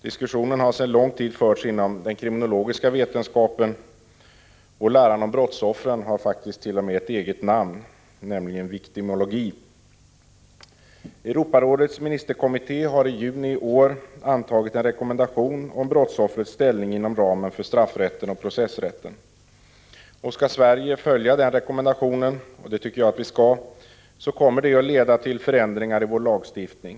Diskussion har sedan lång tid förts inom den kriminologiska vetenskapen, och läran om brottsoffren har faktiskt t.o.m. ett eget namn, nämligen viktimologi. Europarådets ministerkommitté har i juni i år antagit en rekommendation om brottsoffrets ställning inom ramen för straffrätten och processrätten. Skall Sverige följa den rekommendationen — och det tycker jag vi skall göra — så kommer det att leda till förändringar i vår lagstiftning.